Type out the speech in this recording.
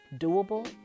doable